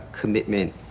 Commitment